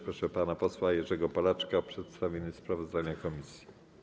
Proszę pana posła Jerzego Polaczka o przedstawienie sprawozdania komisji.